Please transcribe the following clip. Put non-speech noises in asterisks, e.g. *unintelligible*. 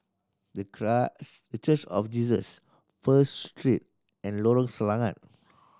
The *unintelligible* The Church of Jesus First Street and Lorong Selangat